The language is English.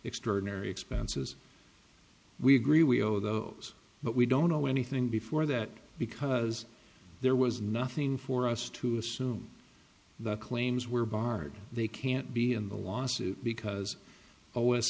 extraordinary expenses we agree we owe those but we don't know anything before that because there was nothing for us to assume the claims were barred they can't be in the lawsuit because o